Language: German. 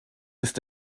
ist